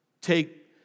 Take